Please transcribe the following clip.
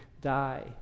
die